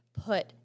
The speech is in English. put